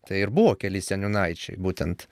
tai ir buvo keli seniūnaičiai būtent